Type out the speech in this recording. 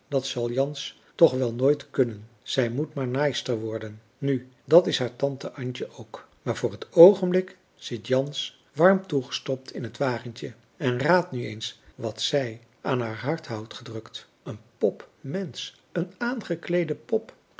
dat zal jans toch wel nooit kunnen zij moet maar naaister worden nu dat is haar tante antje ook maar voor t oogenblik zit jans warm toegestopt in het wagentje en raadt nu eens wat zij aan haar hart houdt gedrukt een pop mensch een aangekleede pop